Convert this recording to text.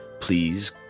please